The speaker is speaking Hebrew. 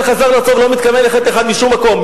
חזר לארצו ולא מתכוון ללכת מכאן לשום מקום.